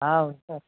ఆ వస్తారు